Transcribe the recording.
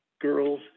girls